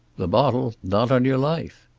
the bottle? not on your life.